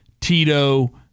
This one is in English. Tito